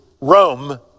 Rome